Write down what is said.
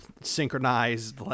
synchronized